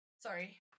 Sorry